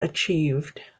achieved